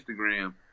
instagram